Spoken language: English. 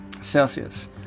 celsius